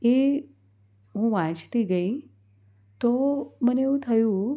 એ હું વાંચતી ગઈ તો મને એવું થયું